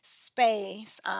space